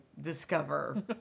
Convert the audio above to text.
discover